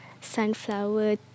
sunflower